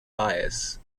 bias